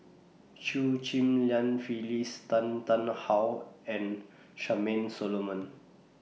Chew Ghim Lian Phyllis Tan Tarn How and Charmaine Solomon